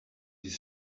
his